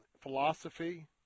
philosophy